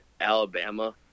Alabama